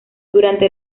durante